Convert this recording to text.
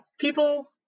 people